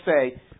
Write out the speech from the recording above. say